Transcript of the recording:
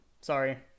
sorry